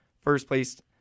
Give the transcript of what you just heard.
first-place